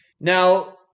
Now